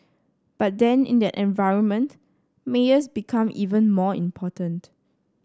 but then in that environment mayors become even more important